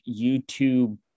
YouTube